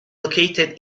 located